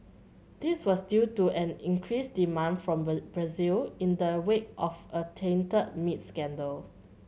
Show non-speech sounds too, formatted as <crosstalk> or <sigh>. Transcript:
this was due to an increased demand from <unintelligible> Brazil in the wake of a tainted meat scandal